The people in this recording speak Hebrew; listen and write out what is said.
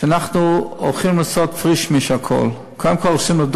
שאנחנו הולכים לעשות "פריש-מיש" על הכול: א.